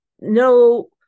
no